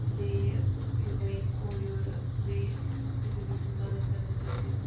بیٚیہِ یِہوٚے اورٕ یورٕ بیٚیہِ أکِس بیٚکہِ سٕنٛز مَدتھ کَرنہٕ سۭتۍ تہِ